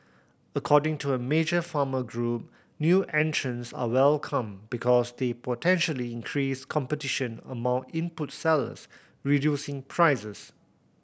according to a major farmer group new entrants are welcome because they potentially increase competition among input sellers reducing prices